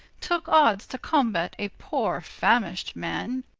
tooke oddes to combate a poore famisht man.